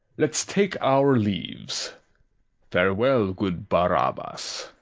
let's take our leaves farewell, good barabas.